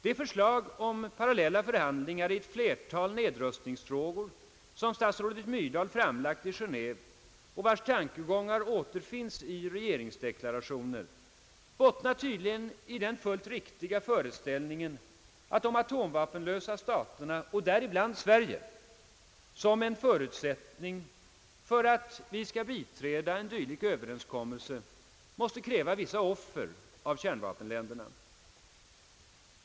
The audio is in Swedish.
Det förslag om parallella förhandlingar i ett flertal nedrustningsfrågor, vilket statsrådet Myrdal framlagt i Geneve och vars tankegångar återfinns i regeringsdeklarationen, bottnar tydligen i den fullt riktiga inställningen att de atomvapenlösa staterna, däribland Sverige, såsom en förutsättning för att vi skall biträda en dylik överenskommelse måste kräva vissa offer av kärnvapenländerna.